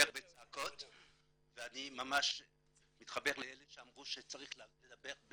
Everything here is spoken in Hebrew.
בצעקות ואני ממש מתחבר לאלה שאמרו שצריך לדבר,